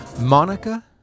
Monica